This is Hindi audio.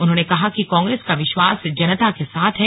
उन्होंने कहा कि कांग्रेस का विश्वास जनता के साथ है